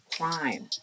crime